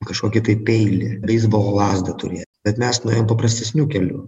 kažkokį tai peilį beisbolo lazdą turėt bet mes nuėjom paprastesniu keliu